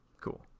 Cool